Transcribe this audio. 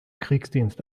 kriegsdienst